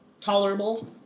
tolerable